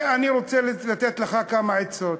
אני רוצה לתת לך כמה עצות.